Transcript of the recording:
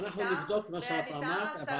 נבדוק מה שאמרת,